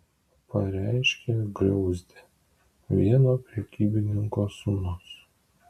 pareiškė griauzdė vieno prekybininko sūnus